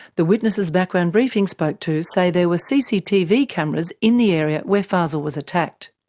the witnesses background briefing spoke to say there were cctv cameras in the area where fazel was attacked.